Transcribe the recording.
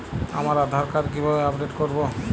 আমার আধার কার্ড কিভাবে আপডেট করব?